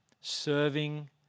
serving